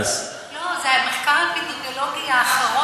זה המחקר האפידמיולוגי שנעשה,